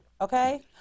Okay